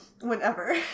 Whenever